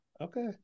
Okay